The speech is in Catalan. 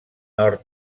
nord